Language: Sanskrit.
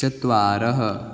चत्वारः